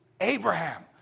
Abraham